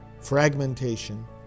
fragmentation